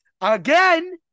Again